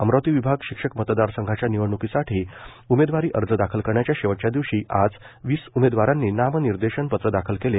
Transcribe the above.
अमरावती विभाग शिक्षक मतदारसंघाच्या निवडण्कीसाठी उमेदवारी अर्ज दाखल करण्याच्या शेवटच्या दिवशी आज वीस उमेदवारांनी नामनिर्देशन पत्र दाखल केले